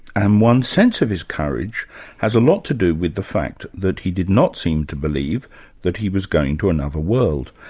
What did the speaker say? and one's sense of his courage has a lot to do with the fact that he did not seem to believe that he was going to another world.